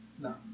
No